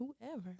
whoever